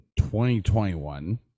2021